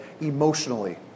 emotionally